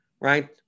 right